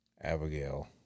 Abigail